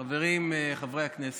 חברים, חברי הכנסת,